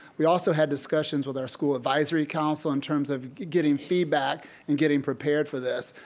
we also had discussions with our school advisory council in terms of getting feedback and getting prepared for this.